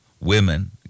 women